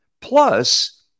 Plus